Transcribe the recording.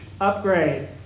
upgrade